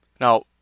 Now